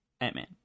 Ant-Man